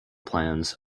plans